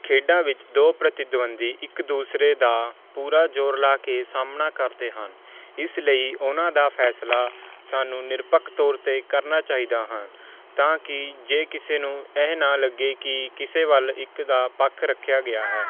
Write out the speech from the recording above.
ਖੇਡਾਂ ਵਿੱਚ ਦੋ ਪ੍ਰਤਿਦਵੰਦੀ ਇੱਕ ਦੂਸਰੇ ਦਾ ਪੂਰਾ ਜ਼ੋਰ ਲਾ ਕੇ ਸਾਹਮਣਾ ਕਰਦੇ ਹਨ ਇਸ ਲਈ ਉਹਨਾਂ ਦਾ ਫੈਸਲਾ ਸਾਨੂੰ ਨਿਰਪੱਖ ਤੌਰ 'ਤੇ ਕਰਨਾ ਚਾਹੀਦਾ ਹਾਂ ਤਾਂ ਕਿ ਜੇ ਕਿਸੇ ਨੂੰ ਇਹ ਨਾ ਲੱਗੇ ਕਿ ਕਿਸੇ ਵੱਲ ਇੱਕ ਦਾ ਪੱਖ ਰੱਖਿਆ ਗਿਆ ਹੈ